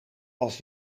als